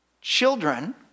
Children